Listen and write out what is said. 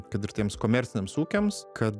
kad ir tiems komerciniams ūkiams kad